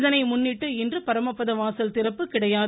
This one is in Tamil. இதனை முன்னிட்டு இன்று பரமபதவாசல் திறப்பு கிடையாது